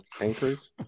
increase